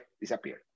disappeared